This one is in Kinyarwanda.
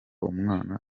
umwana